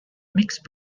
mixed